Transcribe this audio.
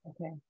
Okay